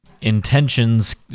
Intentions